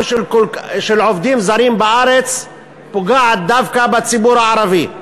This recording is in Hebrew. עובדים זרים בארץ פוגעת דווקא בציבור הערבי.